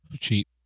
Cheap